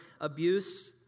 abuse